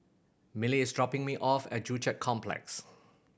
Milly is dropping me off at Joo Chiat Complex